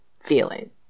feeling